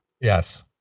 Yes